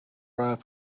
ride